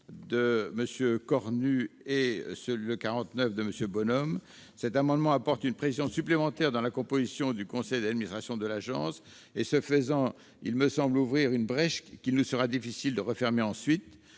L'amendement n° 49 de M. Bonhomme vise à apporter une précision supplémentaire dans la composition du conseil d'administration de l'agence. Ce faisant, il me semble ouvrir une brèche qu'il nous sera difficile de refermer ensuite.